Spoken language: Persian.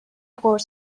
قرص